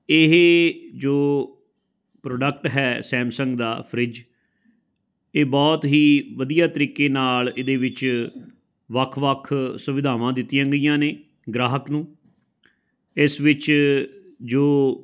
ਇਹ ਜੋ ਪ੍ਰੋਡਕਟ ਹੈ ਸੈਮਸੰਗ ਦਾ ਫਰਿੱਜ ਇਹ ਬਹੁਤ ਹੀ ਵਧੀਆ ਤਰੀਕੇ ਨਾਲ ਇਹਦੇ ਵਿੱਚ ਵੱਖ ਵੱਖ ਸੁਵਿਧਾਵਾਂ ਦਿੱਤੀਆਂ ਗਈਆਂ ਨੇ ਗ੍ਰਾਹਕ ਨੂੰ ਇਸ ਵਿੱਚ ਜੋ